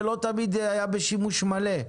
ולא תמיד היה בשימוש מלא.